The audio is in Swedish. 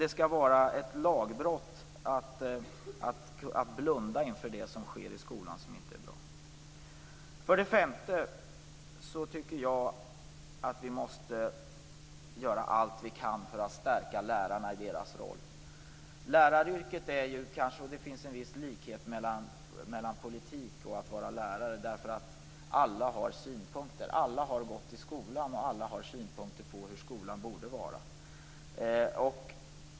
Det skall vara ett lagbrott att blunda inför det som sker i skolan som inte är bra. För det femte måste vi göra allt vi kan för att stärka lärarna i deras roll. Det finns en viss likhet mellan politik och att vara lärare, och det är att alla har synpunkter. Alla har gått i skolan, och alla har synpunkter på hur skolan borde vara.